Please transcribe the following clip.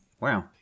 Wow